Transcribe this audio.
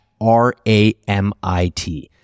ramit